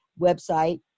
website